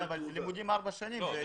לימודים ארבע שנים ואתה מקבל תעודה.